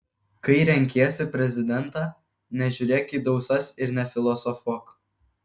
kai renkiesi prezidentą nežiūrėk į dausas ir nefilosofuok